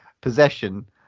Possession